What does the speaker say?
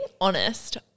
honest